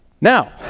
Now